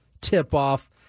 tip-off